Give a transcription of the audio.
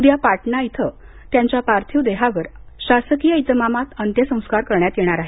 उद्या पाटणा इथेच त्यांच्या पार्थिव शरीरावर शासकीय इतमामात अंत्यसंस्कार करण्यात येतील